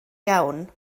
iawn